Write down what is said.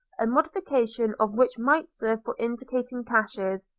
a modification of which might serve for indicating caches.